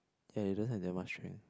and it doesn't have that much strength